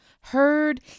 heard